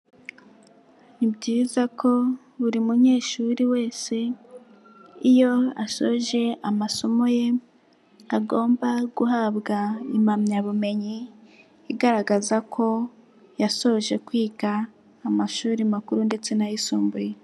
Ni byiza ko buri munyeshuri wese iyo asoje amasomo ye agomba guhabwa impamyabumenyi igaragaza ko yasoje kwiga amashuri makuru ndetse n'ayisumbuye.